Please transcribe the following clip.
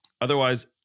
otherwise